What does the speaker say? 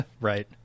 Right